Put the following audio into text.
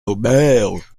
auberge